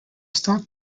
stock